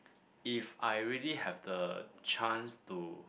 if I really have the chance to